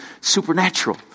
supernatural